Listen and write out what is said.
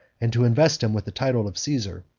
and to invest him with the title of caesar,